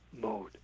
mode